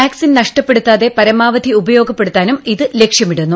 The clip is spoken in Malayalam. വാക്സിൻ നഷ്ടപ്പെടുത്താതെ പരമാവധി ഉപയോഗപ്പെടുത്താനും ഇത് ലക്ഷ്യമിടുന്നു